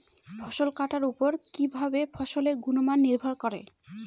ফসল কাটার উপর কিভাবে ফসলের গুণমান নির্ভর করে?